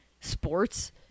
sports